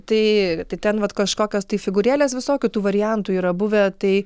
tai tai ten vat kažkokios tai figūrėlės visokių tų variantų yra buvę tai